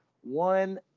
one